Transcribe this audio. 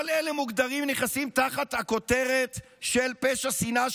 כל אלה מוגדרים ונכנסים תחת הכותרת של פשע שנאה,